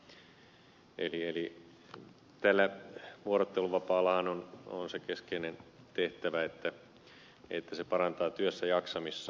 eli tällä vuorotteluvapaallahan on se keskeinen tehtävä että se parantaa työssäjaksamista